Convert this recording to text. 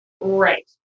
Right